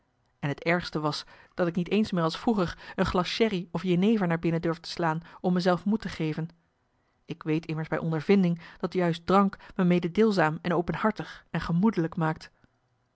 en t ergste was dat ik niet eens meer als vroeger een glas sherry of jenever naar binnen durfde slaan om me zelf moed te geven ik weet immers bij ondervinding dat juist drank me mededeelzaam en openhartig en gemoedelijk maakt